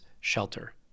shelter